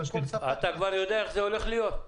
אתה כבר יודע איך זה הולך להיות.